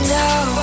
now